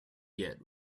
yet